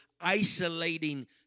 isolating